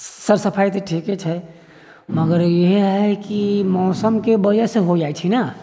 sir सफाइ तऽ ठीके छै मगर इएह है कि मौसम के बजह से हो जाइ छै न